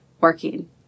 working